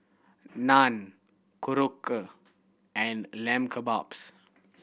Naan Korokke and Lamb Kebabs